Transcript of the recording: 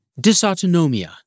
Dysautonomia